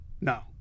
No